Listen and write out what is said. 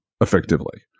effectively